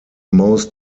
most